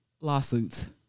Lawsuits